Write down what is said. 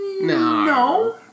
No